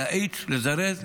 לזרז,